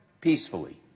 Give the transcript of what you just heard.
peacefully